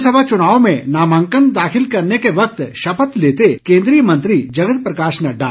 राज्यसमा चुनाव के लिए नामांकन दाखिल करने के मौके शपथ लेते केंद्रीय मंत्री जगत प्रकाश नड्डा